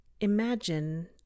imagine